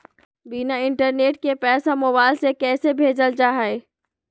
बिना इंटरनेट के पैसा मोबाइल से कैसे भेजल जा है?